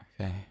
okay